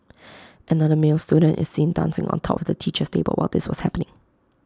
another male student is seen dancing on top of the teacher's table while this was happening